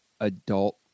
adult